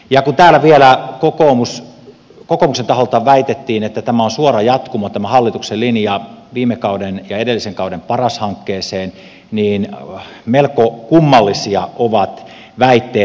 ja kun täällä vielä kokoomuksen taholta väitettiin että tämä on suora jatkumo tämä hallituksen linja viime kauden ja edellisen kauden paras hankkeeseen niin melko kummallisia ovat väitteet